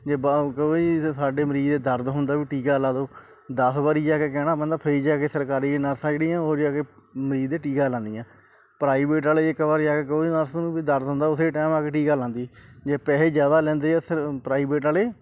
ਜੇ ਕਵੇ ਜੀ ਸਾਡੇ ਮਰੀਜ਼ ਦੇ ਦਰਦ ਹੁੰਦਾ ਵੀ ਟੀਕਾ ਲਾ ਦਉ ਦਸ ਵਾਰੀ ਜਾ ਕੇ ਕਹਿਣਾ ਪੈਂਦਾ ਫਿਰ ਜਾ ਕੇ ਸਰਕਾਰੀ ਨਰਸਾਂ ਜਿਹੜੀਆਂ ਉਹ ਜਾ ਕੇ ਮਰੀਜ਼ ਦੇ ਟੀਕਾ ਲਾਉਂਦੀਆਂ ਪ੍ਰਾਈਵੇਟ ਵਾਲੇ ਜੇ ਇੱਕ ਵਾਰ ਜਾ ਕੇ ਕਹੋ ਨਰਸ ਨੂੰ ਵੀ ਦਰਦ ਹੁੰਦਾ ਉਸੇ ਟਾਈਮ ਆ ਕੇ ਟੀਕਾ ਲਾਉਂਦੀ ਜੇ ਪੈਸੇ ਜ਼ਿਆਦਾ ਲੈਂਦੇ ਆ ਸਰ ਪ੍ਰਾਈਵੇਟ ਵਾਲੇ